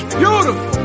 beautiful